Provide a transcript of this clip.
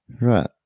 Right